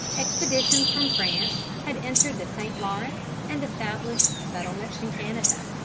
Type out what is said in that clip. expeditions from france had entered the st. lawrence and established settlements in canada.